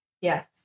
yes